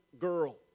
girl